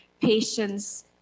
patience